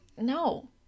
No